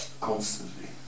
constantly